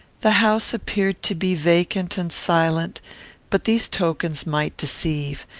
the house appeared to be vacant and silent but these tokens might deceive.